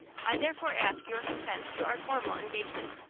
i therefore ask your consent to our formal engagement.